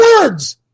words